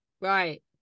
right